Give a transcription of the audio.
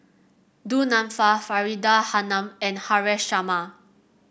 Du Nanfa Faridah Hanum and Haresh Sharma